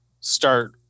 start